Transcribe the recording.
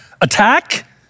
Attack